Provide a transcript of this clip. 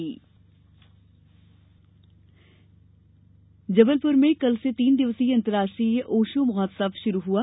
ओशो महोत्सव जबलपुर में कल से तीन दिवसीय अंतरराष्ट्रीय ओशो महोत्सव शुरू हुआ